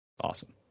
awesome